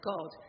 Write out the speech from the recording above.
God